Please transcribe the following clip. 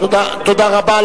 תודה רבה,